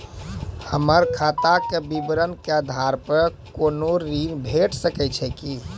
हमर खाता के विवरण के आधार प कुनू ऋण भेट सकै छै की?